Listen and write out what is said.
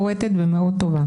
יוראי, הבא בתור ברשימת הדוברים.